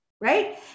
Right